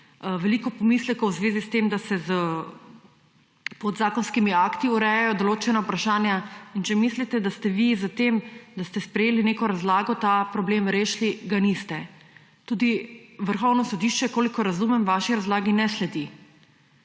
veliko pomislekov v zvezi s tem, da se s podzakonskimi akti urejajo določena vprašanja. In če mislite, da ste vi s tem, ko ste sprejeli neko razlago, ta problem rešili, ga niste. Tudi Vrhovno sodišče, kolikor razumem, vaši razlagi ne sledi